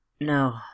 No